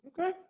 Okay